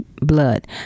blood